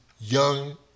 young